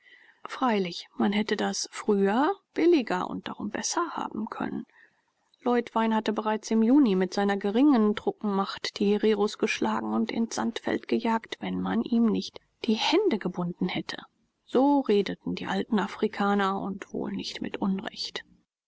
freilich man hätte das früher billiger und darum besser haben können leutwein hatte bereits im juni mit seiner geringeren truppenmacht die hereros geschlagen und ins sandfeld gejagt wenn man ihm nicht die hände gebunden hätte so redeten die alten afrikaner und wohl nicht mit unrecht